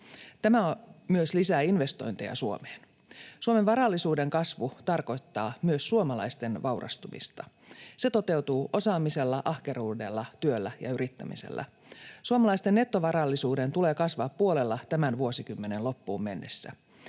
Tämä myös lisää investointeja Suomeen. Suomen varallisuuden kasvu tarkoittaa myös suomalaisten vaurastumista. Se toteutuu osaamisella, ahkeruudella, työllä ja yrittämisellä. Suomalaisten nettovarallisuuden tulee kasvaa puolella tämän vuosikymmenen loppuun mennessä.